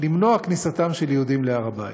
למנוע כניסתם של יהודים להר הבית.